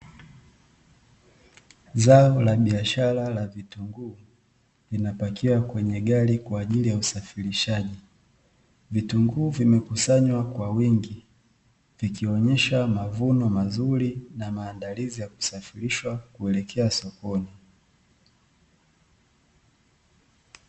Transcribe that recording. Zao la biashara la vitunguu, limepakiwa kwenye gari kwa ajili ya usafirishaji, vitunguu vimekusanywa kwa wingi, vikionyesha mavuno mazuri na maandalizi ya kusafirishwa kuelekea sokoni.